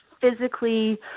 physically